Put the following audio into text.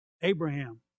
Abraham